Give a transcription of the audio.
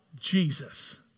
Jesus